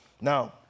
Now